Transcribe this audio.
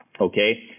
Okay